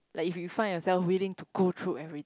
like if you find yourself willing to go through every